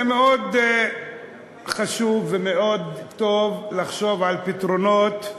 זה מאוד חשוב וטוב לחשוב על פתרונות,